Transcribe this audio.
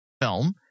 film